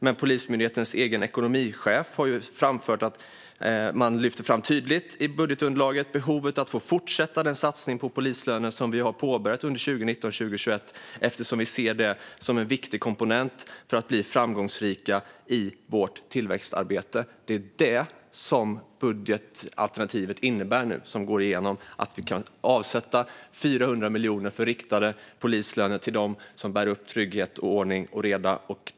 Men Polismyndighetens egen ekonomichef har framför något annat. De lyfte fram tydligt i budgetunderlaget behovet av att fortsätta den satsning på polislöner som de har påbörjat under 2019-2021 eftersom de ser det som en viktig komponent för att bli framgångsrika i sitt tillväxtarbete. Det är vad det budgetalternativ innebär som nu går igenom. Vi kan avsätta 400 miljoner för riktade polislöner till dem som bär upp trygghet, ordning och reda.